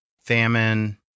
famine